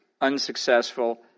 unsuccessful